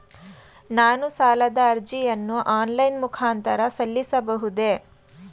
ನಾನು ಸಾಲದ ಅರ್ಜಿಯನ್ನು ಆನ್ಲೈನ್ ಮುಖಾಂತರ ಸಲ್ಲಿಸಬಹುದೇ?